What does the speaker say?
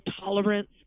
tolerance